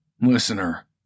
Listener